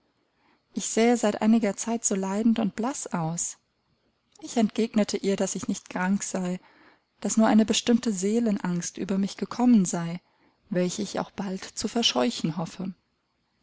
ich sähe seit einiger zeit so leidend und blaß aus ich entgegnete ihr daß ich nicht krank sei daß nur eine bestimmte seelenangst über mich gekommen sei welche ich auch bald zu verscheuchen hoffe